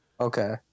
Okay